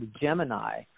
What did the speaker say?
Gemini